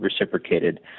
reciprocated